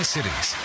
Cities